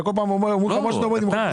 אתה כל פעם אומר למחוק סעיף.